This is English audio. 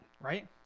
right